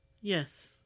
Yes